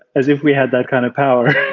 as if we had that kind of power.